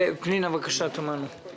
פנינה תמנו, בבקשה.